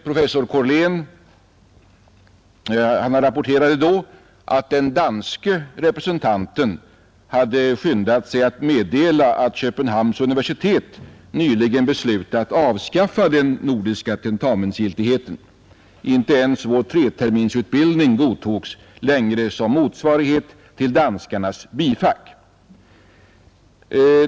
Professor Korlén rapporterade att den danske representanten hade skyndat sig att meddela, att Köpenhamns universitet nyligen beslutat avskaffa den nordiska tentamensgiltigheten — inte ens vår trebetygsutbildning godtogs längre som motsvarighet till danskarnas bifack.